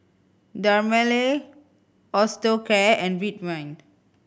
Dermale Osteocare and Ridwind